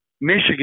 Michigan